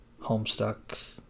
Homestuck